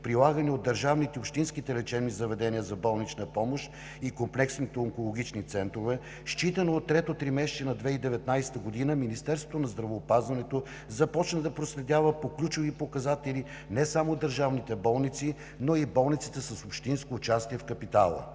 прилагани от държавните и общинските лечебни заведения за болнична помощ и комплексните онкологични центрове, считано от трето тримесечие на 2019 г., Министерството на здравеопазването започна да проследява по ключови показатели не само държавните болници, но и болниците с общинско участие в капитала.